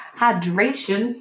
hydration